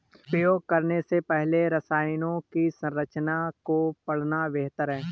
उपयोग करने से पहले रसायनों की संरचना को पढ़ना बेहतर है